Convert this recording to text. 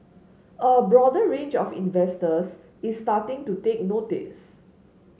a broader range of investors is starting to take notice